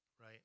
right